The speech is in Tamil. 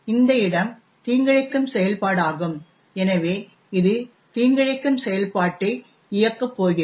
இந்த இடம் தீங்கிழைக்கும் செயல்பாடாகும் எனவே இது தீங்கிழைக்கும் செயல்பாட்டை இயக்கப் போகிறது